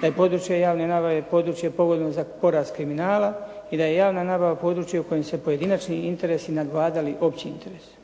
da je područje javne nabave područje povoljno za porast kriminala i da je javna nabava područje u kojem se pojedinačni interesi nadvladali opće interese.